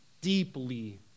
deeply